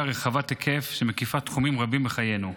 רחבת היקף שמקיפה תחומים רבים בחיינו.